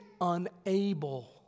unable